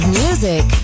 music